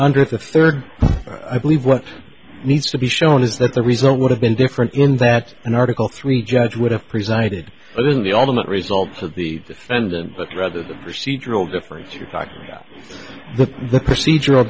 under the third i believe what needs to be shown is that the result would have been different in that an article three judge would have presided over the ultimate results of the defendant but rather the procedural difference you're talking about the the procedural